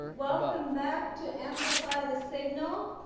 welcome back to amplify the signal.